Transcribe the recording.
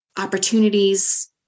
opportunities